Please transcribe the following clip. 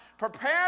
Prepare